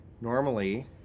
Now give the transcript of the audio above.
Normally